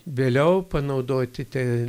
vėliau panaudoti tie